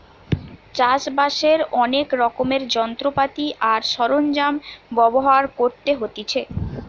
চাষ বাসের অনেক রকমের যন্ত্রপাতি আর সরঞ্জাম ব্যবহার করতে হতিছে